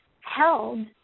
held